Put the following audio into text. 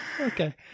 Okay